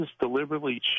deliberately